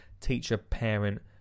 teacher-parent